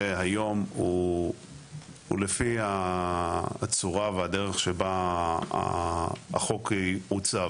היום הוא לפי הצורה והדרך שבה החוק הוצב.